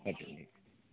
बड्ड नीक